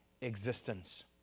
existence